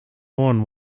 horn